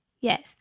Yes